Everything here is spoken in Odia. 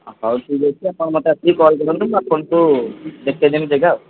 ହଉ ଠିକ୍ ଅଛି ଆପଣ ମତେ ଆସିକି କଲ୍ କରନ୍ତୁ ମୁଁ ଆପଣଙ୍କୁ ଦେଖେଇ ଦେମି ଜାଗା ଆଉ ଯେଗା ଆଉ